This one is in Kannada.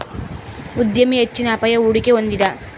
ಉದ್ಯಮಿ ಹೆಚ್ಚಿನ ಅಪಾಯ, ಹೂಡಿಕೆ ಹೊಂದಿದ